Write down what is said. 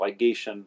ligation